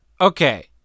Okay